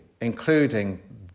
including